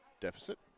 deficit